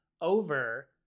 over